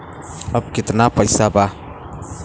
अब कितना पैसा बा?